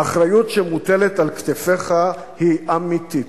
האחריות שמוטלת על כתפיך היא אמיתית.